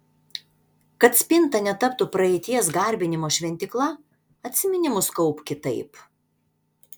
kad spinta netaptų praeities garbinimo šventykla atsiminimus kaupk kitaip